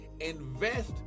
invest